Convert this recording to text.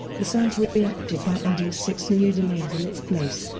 the site reacted by adding six new domains in its place.